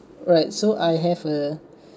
right so I have a